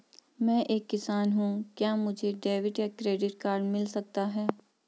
मैं एक किसान हूँ क्या मुझे डेबिट या क्रेडिट कार्ड मिल सकता है?